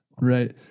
Right